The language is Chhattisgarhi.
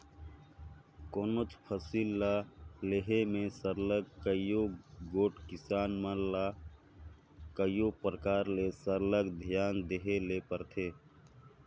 कोनोच फसिल ल लेहे में सरलग कइयो गोट किसान ल कइयो परकार ले सरलग धियान देहे ले परथे